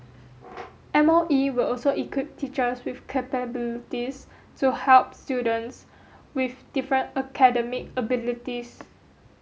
M O E will also equip teachers with capabilities to help students with different academic abilities